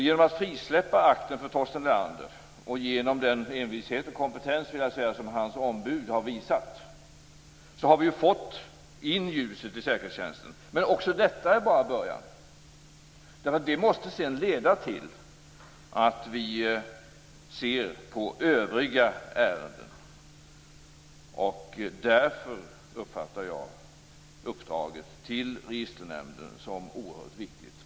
Genom att frisläppa akten för Torsten Leander och genom den envishet och kompetens som hans ombud har visat, har vi fått in ljuset i säkerhetstjänsten. Men också detta är bara en början. Det måste sedan leda till att vi ser på övriga ärenden. Därför uppfattar jag uppdraget till registernämnden som oerhört viktigt.